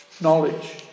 Knowledge